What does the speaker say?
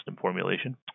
formulation